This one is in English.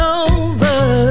over